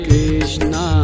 Krishna